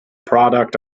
product